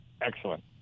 excellent